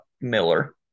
Miller